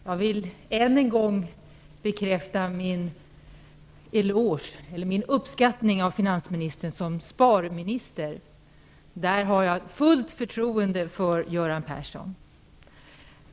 Fru talman! Jag vill än en gång bekräfta min uppskattning av finansministern som sparminister. I det avseendet har jag fullt förtroende för Göran Persson.